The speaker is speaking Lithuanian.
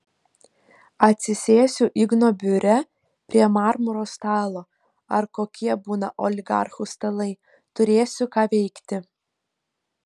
atsisėsiu igno biure prie marmuro stalo ar kokie būna oligarchų stalai turėsiu ką veikti